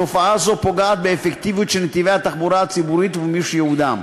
תופעה זו פוגעת באפקטיביות של נתיבי התחבורה הציבורית ובמימוש ייעודם.